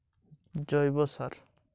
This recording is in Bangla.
কোন প্রকার সার মাটির জল ধারণ ক্ষমতা বাড়ায়?